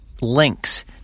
links